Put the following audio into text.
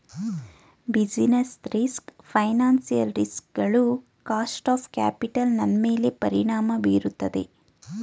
business risk financial risk ಗಳು cost of capital ನನ್ಮೇಲೆ ಪರಿಣಾಮ ಬೀರುತ್ತದೆ